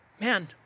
man